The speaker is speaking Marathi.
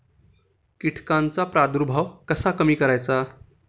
कीटकांचा प्रादुर्भाव कसा कमी करायचा?